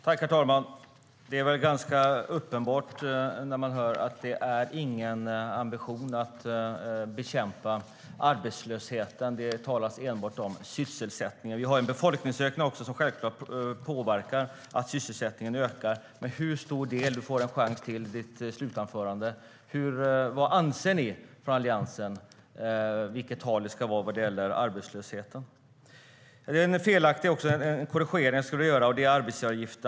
Herr talman! Det är väl ganska uppenbart när man lyssnar att det inte finns någon ambition att bekämpa arbetslösheten - det talas enbart om sysselsättning. Vi har också en befolkningsökning som självklart påverkar att sysselsättningen ökar, men med hur stor del? Du får en chans till i din sista replik, Anders Ahlgren. Vilket tal anser ni från Alliansen att det ska vara vad gäller arbetslösheten? Det ska också göras en korrigering, och det gäller arbetsgivaravgiften.